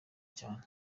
cyane